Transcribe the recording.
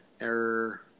Error